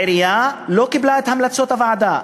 העירייה לא קיבלה את המלצות הוועדה.